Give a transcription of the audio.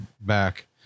back